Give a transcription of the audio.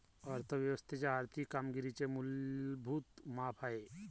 अर्थ व्यवस्थेच्या आर्थिक कामगिरीचे मूलभूत माप आहे